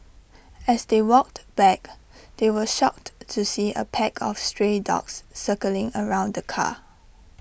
as they walked back they were shocked to see A pack of stray dogs circling around the car